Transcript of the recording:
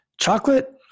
chocolate